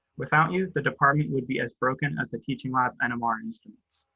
without you, the department would be as broken as the teaching lab and ah and students.